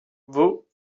vous